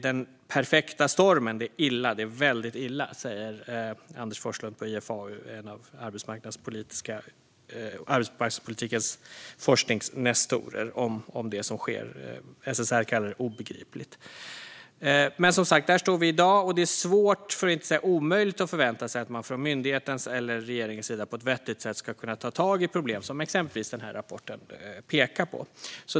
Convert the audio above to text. Anders Forslund på IFAU, en av arbetsmarknadspolitikens forskningsnestorer, säger att det som sker är "den perfekta stormen" och att det är väldigt illa. SSR kallar det obegripligt. Men där står vi som sagt i dag. Det är svårt, för att inte säga omöjligt, att förvänta sig att man från myndighetens eller regeringens sida på ett vettigt sätt ska kunna ta tag i problem som exempelvis denna rapport pekar på.